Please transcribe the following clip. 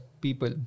people